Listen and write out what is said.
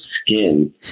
skin